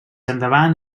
endavant